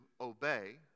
obey